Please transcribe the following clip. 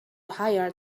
hire